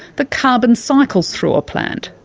the carbon cycles through a plant,